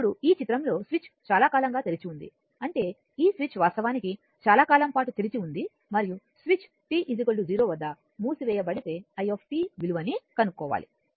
ఇప్పుడు ఈ చిత్రంలో స్విచ్ చాలా కాలంగా తెరిచి ఉంది అంటే ఈ స్విచ్ వాస్తవానికి చాలా కాలం పాటు తెరిచి ఉంది మరియు స్విచ్ t 0 వద్ద మూసివేయబడితే i విలువని కనుక్కోవాలి